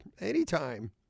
anytime